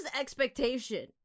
expectation